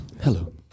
Hello